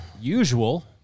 usual